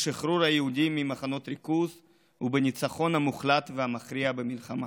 בשחרור היהודים ממחנות הריכוז ובניצחון המוחלט והמכריע במלחמה.